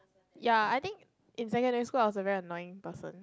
ya I think in secondary school I was a very annoying person